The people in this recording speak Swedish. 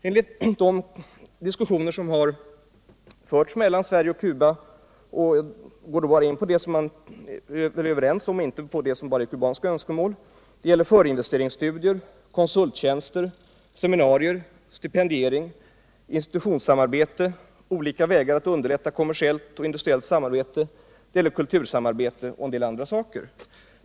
Enligt de diskussioner som har förts mellan Sverige och Cuba och där jag bara går in på det som man är överens om och inte på det som är kubanska önskemål, skall det gälla förinvesteringsstudier, konsulttjänster, seminarier, stipendiering, institutionssamarbete, olika vägar att underlätta kommersiellt och industriellt samarbete, kulturarbete och en hel del annat.